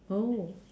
oh